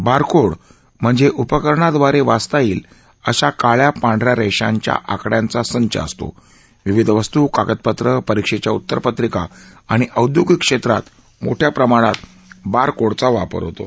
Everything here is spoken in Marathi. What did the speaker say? बारकोड म्हणजे उपकरणाद्वारे वाचता येईल अशा काळ्या पांढ या रेषांच्या आकड्यांचा संच असतो विविध वस्तू कागदपत्र परीक्षेच्या उत्तरपत्रिका आणि औदयोगिक क्षेत्रात मोठ्या प्रमाणात बारकोडचा वापर होतो